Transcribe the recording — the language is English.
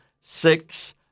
six